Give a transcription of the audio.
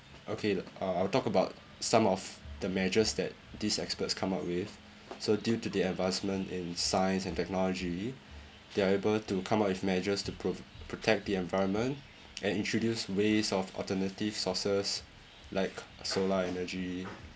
okay I'll I'll talk about some of the measures that these experts come up with so due to the advancement in science and technology they are able to come up with measures to pro~ protect the environment and introduce ways of alternative sources like solar energy